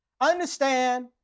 understand